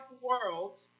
world